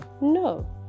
no